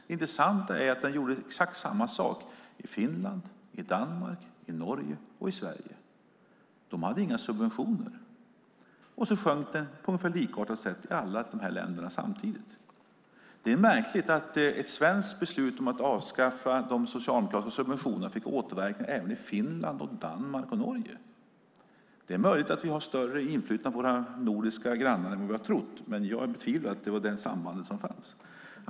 Det intressanta är att den gjorde exakt samma sak i Finland, i Danmark, i Norge och i Sverige. I de andra länderna hade man inga subventioner. Sedan sjönk bostadsbyggandet på ett ungefär likartat sätt i alla dessa länder samtidigt. Det är märkligt att ett svenskt beslut om att avskaffa de socialdemokratiska subventionerna fick återverkningar även i Finland, Danmark och Norge. Det är möjligt att vi har större inflytande på våra nordiska grannar än vad vi har trott, men jag betvivlar att det var detta samband som fanns.